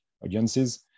audiences